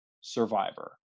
Survivor